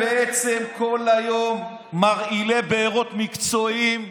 אתם בעצם כל היום מרעילי בארות מקצועיים,